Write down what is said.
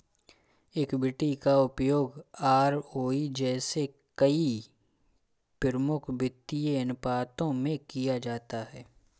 equity का उपयोग ROE जैसे कई प्रमुख वित्तीय अनुपातों में किया जाता है